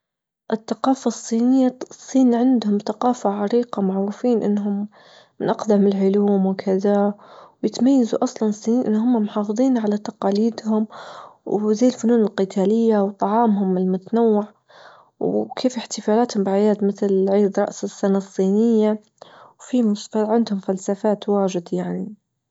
الثقافة الصينية الصين عندهم ثقافة عريقة معروفين أنهم من أقدم العلوم وكذا ويتميزوا أصلا الصينيين أن هما محافظين على تقاليدهم وزي الفنون القتالية وطعامهم المتنوع وكيف احتفالاتهم بأعياد مثل عيد رأس السنة الصينية وفي مشكلة عندهم فلسفات واجد يعني.